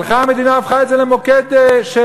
הלכה המדינה והפכה את זה למוקד של